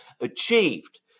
achieved